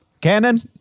Cannon